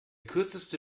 kürzeste